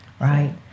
Right